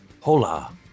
Hola